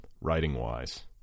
writing-wise